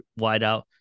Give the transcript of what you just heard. wideout